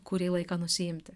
kurį laiką nusiimti